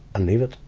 and leave it.